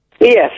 Yes